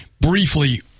Briefly